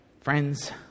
Friends